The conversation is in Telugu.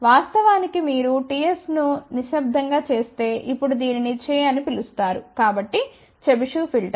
వాస్తవానికి మీరు Ts ను నిశ్శబ్దంగా చేస్తే ఇప్పుడు దీనిని చె అని పిలుస్తారు కాబట్టి చెబిషెవ్ ఫిల్టర్